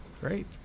Great